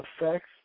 effects